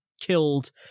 killed